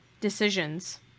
decisions